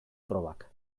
probak